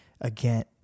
Again